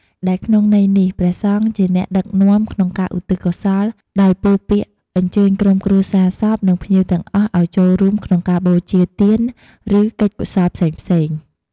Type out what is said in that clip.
ដែលក្នុងន័យនេះ ព្រះសង្ឃជាអ្នកដឹកនាំក្នុងការឧទ្ទិសកុសល ដោយពោលពាក្យអញ្ជើញក្រុមគ្រួសារសព និងភ្ញៀវទាំងអស់ឲ្យចូលរួមក្នុងការបូជាទាន ឬកិច្ចកុសលផ្សេងៗ។